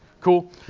Cool